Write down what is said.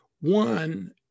One